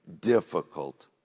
difficult